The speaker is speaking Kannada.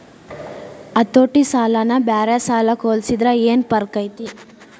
ಹತೋಟಿ ಸಾಲನ ಬ್ಯಾರೆ ಸಾಲಕ್ಕ ಹೊಲ್ಸಿದ್ರ ಯೆನ್ ಫರ್ಕೈತಿ?